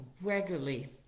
regularly